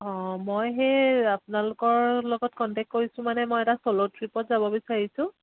অঁ মই সেই আপোনালোকৰ লগত কণ্টেক্ট কৰিছোঁ মানে মই এটা চল' ট্ৰিপত যাব বিচাৰিছোঁ